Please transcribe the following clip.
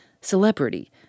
celebrity